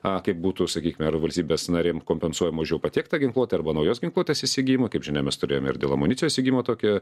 a kaip būtų sakykime ar valstybės narėm kompensuojama už jau patiektą ginkluotę arba naujos ginkluotės įsigijimą kaip žinia mes turėjome ir dėl amunicijos įgijimo tokį